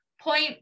point